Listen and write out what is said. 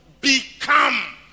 become